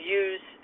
use